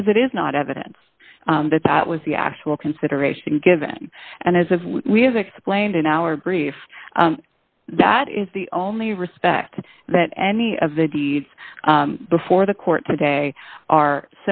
because it is not evidence that that was the actual consideration given and as we have explained in our brief that is the only respect that any of the deeds before the court today are